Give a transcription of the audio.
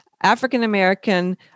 African-American